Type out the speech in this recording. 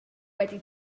wedi